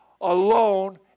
alone